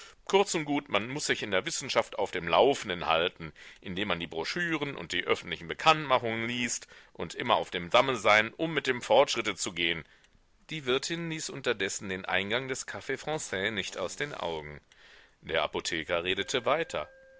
kurz und gut man muß sich in der wissenschaft auf dem laufenden halten indem man die broschüren und die öffentlichen bekanntmachungen liest und immer auf dem damme sein um mit dem fortschritte zu gehen die wirtin ließ unterdessen den eingang des caf franais nicht aus den augen der apotheker redete weiter